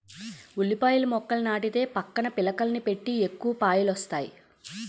ఉల్లిపాయల మొక్కని నాటితే పక్కన పిలకలని పెట్టి ఎక్కువ పాయలొస్తాయి